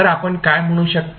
तर आपण काय म्हणू शकता